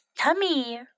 tummy